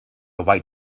white